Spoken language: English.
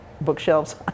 bookshelves